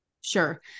Sure